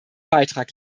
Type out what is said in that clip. beitrag